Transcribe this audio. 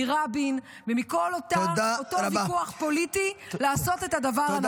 מרבין ומכל אותו ויכוח פוליטי לעשות את הדבר הנכון.